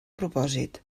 propòsit